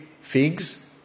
figs